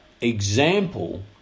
example